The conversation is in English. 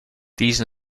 these